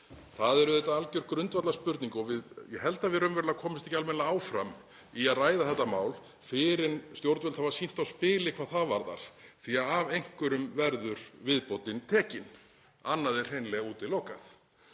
Það er auðvitað algjör grundvallarspurning. Ég held að við komumst raunverulega ekki almennilega áfram í að ræða þetta mál fyrr en stjórnvöld hafa sýnt á spilin hvað það varðar því að af einhverjum verður viðbótin tekin. Annað er hreinlega útilokað.